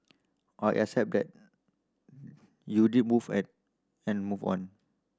are accept that you did move at and move on